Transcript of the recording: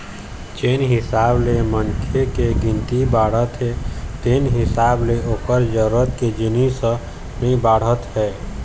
जेन हिसाब ले मनखे के गिनती बाढ़त हे तेन हिसाब ले ओखर जरूरत के जिनिस ह नइ बाढ़त हे